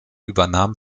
übernahm